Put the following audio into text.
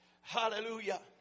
Hallelujah